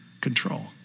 control